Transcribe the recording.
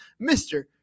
Mr